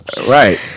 right